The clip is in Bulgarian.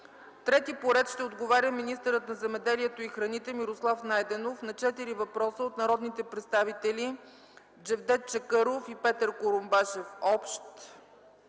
Трети по ред ще отговаря министърът на земеделието и храните Мирослав Найденов на четири въпроса от народните представители Джевдет Чакъров и Петър Курумбашев – общ